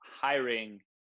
hiring